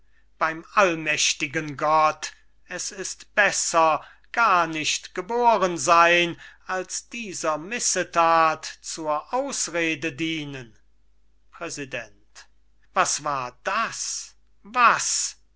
beim allmächtigen gott es ist besser gar nicht geboren zu sein als dieser missethat zur ausrede dienen präsident was war das was